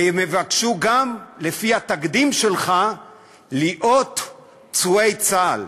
והם יבקשו גם לפי התקדים שלך להיות פצועי צה"ל